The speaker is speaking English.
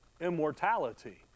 Immortality